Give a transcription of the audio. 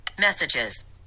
Messages